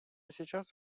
сейчас